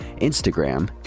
Instagram